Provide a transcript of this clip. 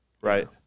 right